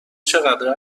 چقدر